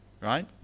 right